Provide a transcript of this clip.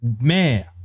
Man